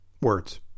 words